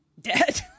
Dead